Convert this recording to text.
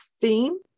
theme